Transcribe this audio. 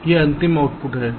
यह अंतिम आउटपुट है सही है